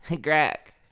Greg